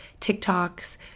TikToks